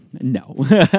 No